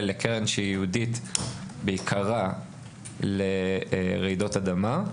לקרן שהיא ייעודית בעיקרה לרעידות אדמה,